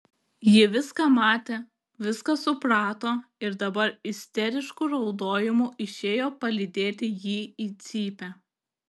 ji viską matė viską suprato ir dabar isterišku raudojimu išėjo palydėti jį į cypę